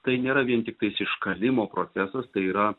tai nėra vien tiktais iškalimo procesas tai yra